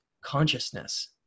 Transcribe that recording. consciousness